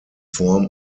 form